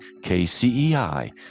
kcei